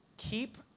keep